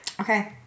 Okay